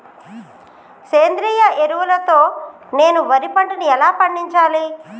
సేంద్రీయ ఎరువుల తో నేను వరి పంటను ఎలా పండించాలి?